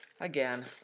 Again